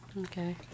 Okay